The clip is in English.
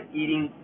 eating